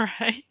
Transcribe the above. Right